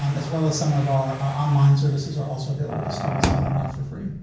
um as well as some of our online services are also available to students in alumni for free.